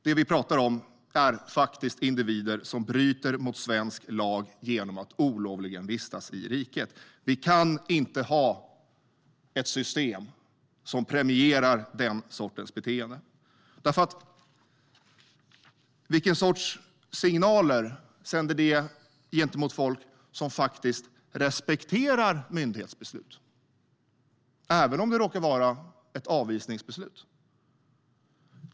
Det vi pratar om är faktiskt individer som bryter mot svensk lag genom att olovligen vistas i riket. Vi kan inte ha ett system som premierar den sortens beteende. Vilken sorts signaler sänder vi till de folk som faktiskt respekterar myndighetsbeslut, även om det råkar vara ett avvisningsbeslut?